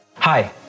Hi